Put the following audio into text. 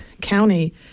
County